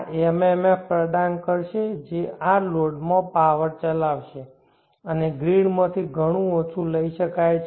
આ MMF પ્રદાન કરશે જે આ લોડમાં પાવર ચલાવશે અને ગ્રીડમાંથી ઘણું ઓછું લઈ શકાય છે